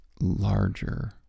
larger